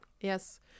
Yes